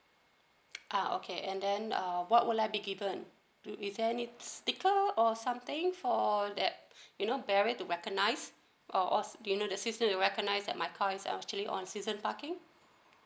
uh okay and then um what would I be given to you is there any sticker or something for that you know barrier to recognise or or do you know the sistem will recognise that my car is actually on season parking